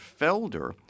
Felder